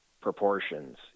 proportions